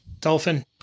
Dolphin